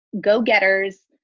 go-getters